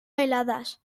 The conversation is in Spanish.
heladas